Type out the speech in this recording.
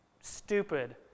stupid